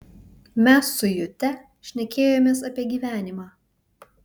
mes su jute šnekėjomės apie gyvenimą